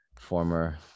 former